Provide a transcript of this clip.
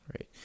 right